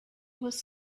was